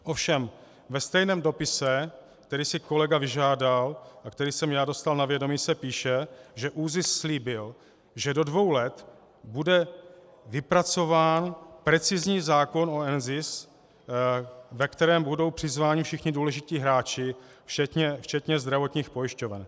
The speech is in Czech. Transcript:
Ovšem ve stejném dopise, který si kolega vyžádal a který jsem já dostal na vědomí, se píše, že ÚZIS slíbil, že do dvou let bude vypracován precizní zákon o NZIS, ke kterému budou přizváni všichni důležití hráči, včetně zdravotních pojišťoven.